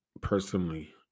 personally